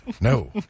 No